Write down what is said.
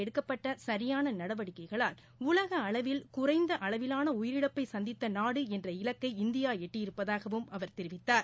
எடுக்கப்பட்டசியானநடவடிக்கைகளால் உரியநேரத்தில் உலகளவில் குறைந்தஅளவிலாளஉயிரிழப்பபசந்தித்தநாடுஎன்ற இலக்கைஇந்தியாஎட்டியிருப்பதாகவும் அவர் தெரிவித்தார்